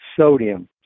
sodium